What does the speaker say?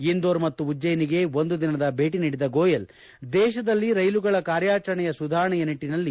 ಇಂದೋರ್ ಮತ್ತು ಉಜ್ಜಯಿನಿಗೆ ಒಂದು ದಿನದ ಭೇಟಿ ನೀಡಿದ್ದ ಗೋಯಲ್ ದೇಶದಲ್ಲಿ ರೈಲುಗಳ ಕಾರ್ಯಾಚರಣೆಯ ಸುಧಾರಣೆಯ ನಿಟ್ಲಿನಲ್ಲಿ